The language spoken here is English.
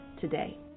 today